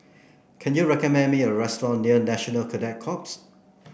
can you recommend me a restaurant near National Cadet Corps